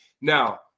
Now